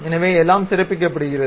எனவே எல்லாம் சிறப்பிக்கப்படுகிறது